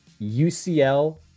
UCL